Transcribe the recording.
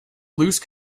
loose